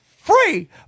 free